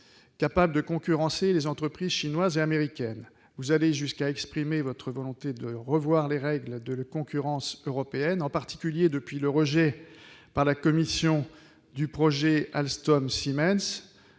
capables de concurrencer les entreprises chinoises et américaines. Vous allez jusqu'à exprimer votre volonté de revoir les règles de la concurrence européenne, en particulier depuis le rejet, par la Commission, du projet de fusion